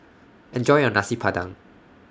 Enjoy your Nasi Padang